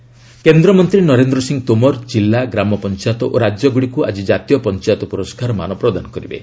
Tomar panchayat award କେନ୍ଦ୍ରମନ୍ତ୍ରୀ ନରେନ୍ଦ୍ର ସିଂ ତୋମର୍ ଜିଲ୍ଲା ଗ୍ରାମପଞ୍ଚାୟତ ଓ ରାଜ୍ୟଗୁଡ଼ିକୁ ଆକି ଜାତୀୟ ପଞ୍ଚାୟତ ପୁରସ୍କାରମାନ ପ୍ରଦାନ କରିବେ